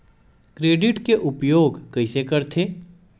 Credit के उपयोग कइसे करथे?